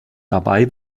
dabei